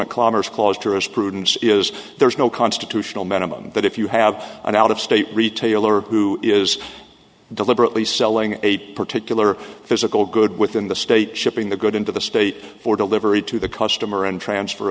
prudence is there's no constitutional minimum that if you have an out of state retailer who is deliberately selling a particular physical good within the state shipping the good into the state for delivery to the customer and transfer